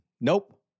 nope